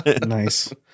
Nice